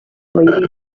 lady